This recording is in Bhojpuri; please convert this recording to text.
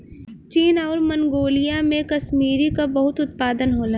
चीन आउर मन्गोलिया में कसमीरी क बहुत उत्पादन होला